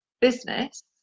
business